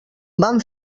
van